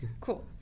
Cool